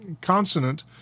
consonant